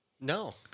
No